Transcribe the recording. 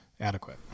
adequate